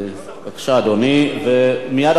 מייד אחריו נעבור להצבעה.